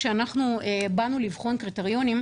כשבאנו לבחון קריטריונים,